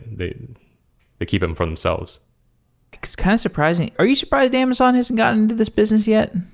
they they keep them for themselves it's kind of surprising. are you surprised amazon hasn't gotten to this business yet?